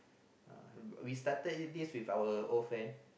Uh we started this with our old friends